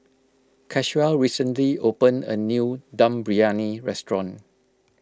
Caswell recently opened a new Dum Briyani restaurant